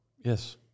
Yes